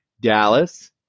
Dallas